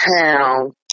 town